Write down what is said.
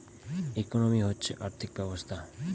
economy হচ্ছে আর্থিক ব্যবস্থা